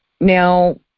Now